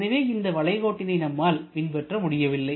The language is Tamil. எனவே இந்த வளைகோட்டினை நம்மால் பின்பற்ற முடியவில்லை